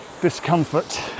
discomfort